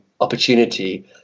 opportunity